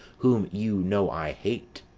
whom you know i hate,